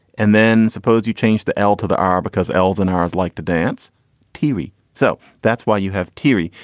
and then suppose you change the l to the r because ls and horrors like to dance tv so that's why you have teary.